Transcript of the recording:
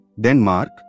Denmark